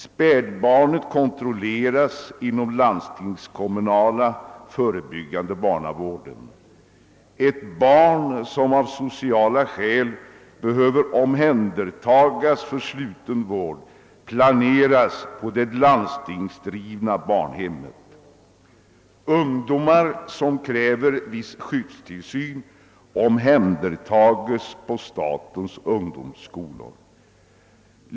Spädbarnet kontrolleras inom den landstingskommunala förebyggande barnavården. Ett barn som av sociala skäl behöver omhändertas för sluten vård placeras på det landstingsdrivna barnhemmet. Ungdomar som kräver skyddstillsyn omhändertas på statens ungdomsvårdsskolor.